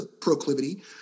proclivity